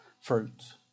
fruits